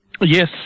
Yes